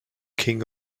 king